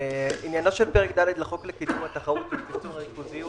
עניינו של פרק ד' לחוק לקידום התחרות ולצמצום הריכוזיות: